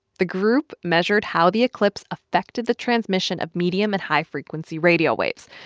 the group measured how the eclipse affected the transmission of medium and high-frequency radio waves.